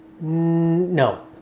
No